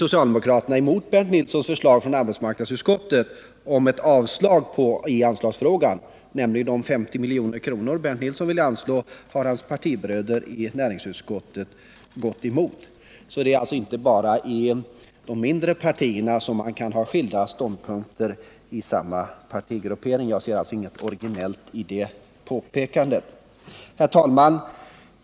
socialdemokraterna — emot det förslag som Bernt Nilsson stödde i arbetsmarknadsutskottet om ett extra anslag på 50 milj.kr. Det har alltså hans partibröder i näringsutskottet gått emot. Det är sålunda inte bara i de mindre partierna som man kan ha skilda ståndpunkter. Herr talman!